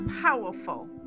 powerful